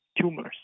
tumors